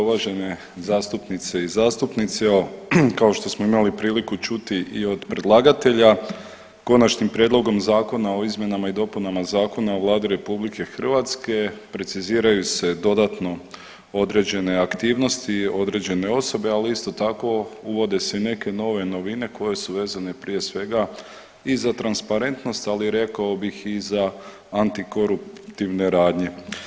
Uvažene zastupnice i zastupnici, evo kao što smo imali priliku čuti i od predlagatelja Konačnim prijedlogom Zakona o izmjenama i dopuna Zakona o Vladi RH preciziraju se dodatno određene aktivnosti i određene osobe, ali isto tako uvode se i neke nove novine koje su vezane prije svega i za transparentnost, ali rekao bih i za antikoruptivne radnje.